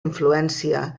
influència